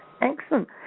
Excellent